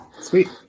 Sweet